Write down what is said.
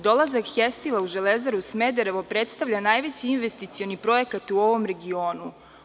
Dolazak „Hestila“ u „Železaru Smederevo“ predstavlja najveći investicioni projekat u ovom regionu.